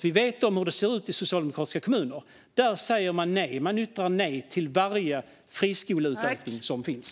Vi vet hur det ser ut i socialdemokratiska kommuner; där säger man nej till varje friskoleutökning som finns.